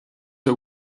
her